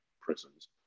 prisons